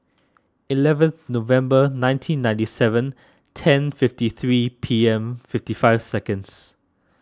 eleventh November nineteen ninety seven ten fifty three P M fifty five seconds